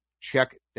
Check